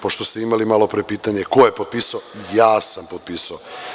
Pošto ste imali malopre pitanje ko je potpisao – ja sam potpisao.